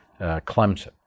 Clemson